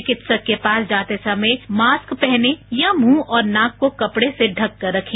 चिकित्सक के पास जाते समय मास्क पहने या मुंह और नाक को कपड़े से ढककर रखें